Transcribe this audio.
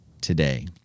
today